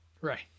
Right